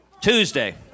Tuesday